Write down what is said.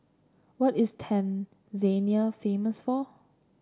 what is Tanzania famous for